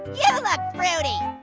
yeah look fruity.